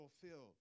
fulfilled